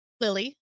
Lily